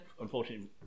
unfortunately